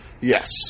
Yes